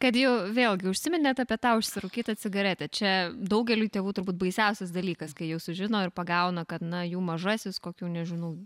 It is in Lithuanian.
kad jau vėlgi užsiminėt apie tą užsirūkytą cigaretę čia daugeliui tėvų turbūt baisiausias dalykas kai jau sužino ir pagauna kad na jų mažasis kokių nežinau